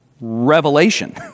revelation